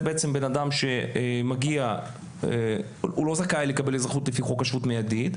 זה בעצם אדם שלא זכאי לקבל אזרחות לפי חוק השבות באופן מידי,